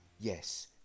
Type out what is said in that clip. yes